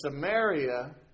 Samaria